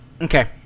Okay